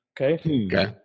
Okay